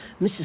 Mrs